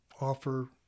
offer